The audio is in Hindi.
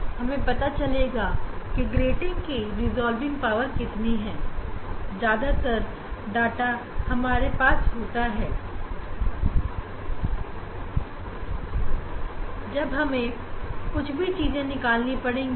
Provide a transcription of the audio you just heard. यहां से हमें पता चलेगा कि ग्रेटिंग की रिजॉल्विंग पावर कितनी है ज्यादातर डाटा हमारे पास होता है जंगली हमें कुछ भी चीजें निकालनी पड़ती हैं